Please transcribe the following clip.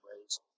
ways